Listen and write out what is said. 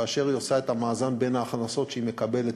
כאשר היא עושה את המאזן בין ההכנסות שהיא מקבלת